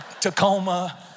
Tacoma